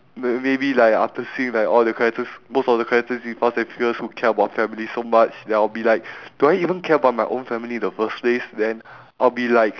no maybe like after seeing like all the characters most of the characters in fast and furious who care about family so much then I'll be like do I even care about my own family in the first place then I'll be like